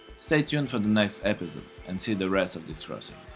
stay tuned for the next episode and see the rest of this crossing